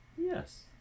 Yes